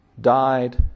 died